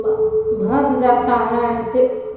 بھنس جاتا ہے اتے